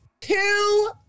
two